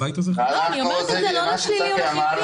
אני אומרת את זה לא לשלילה או לחיוב.